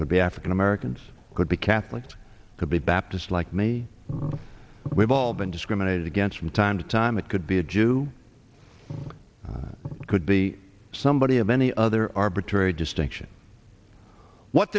could be african americans could be catholics could be baptists like me we've all been discriminated against from time to time it could be a jew it could be somebody of any other arbitrary distinction what